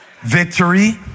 Victory